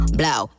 blow